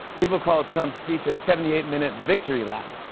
people called trump's speech a seventy eight minute victory lap.